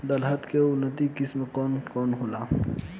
दलहन के उन्नत किस्म कौन कौनहोला?